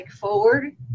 forward